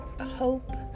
hope